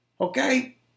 Okay